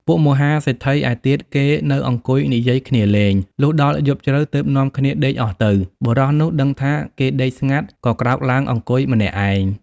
ពួកមហាសេដ្ឋីឯទៀតគេនៅអង្គុយនិយាយគ្នាលេង លុះដល់ យប់ជ្រៅទើបនាំគ្នាដេកអស់ទៅ បុរសនោះដឹងថាគេដេកស្ងាត់ ក៏ក្រោកឡើងអង្គុយ ម្នាក់ឯង ។